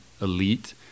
elite